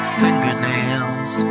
fingernails